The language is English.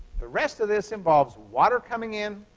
the rest of this involves water coming in